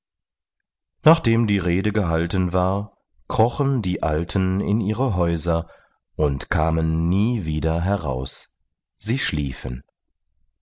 nachdem die rede gehalten war krochen die alten in ihre häuser und kamen nie wieder heraus sie schliefen